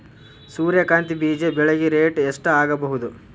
ಸೂರ್ಯ ಕಾಂತಿ ಬೀಜ ಬೆಳಿಗೆ ರೇಟ್ ಎಷ್ಟ ಆಗಬಹುದು?